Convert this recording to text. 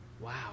wow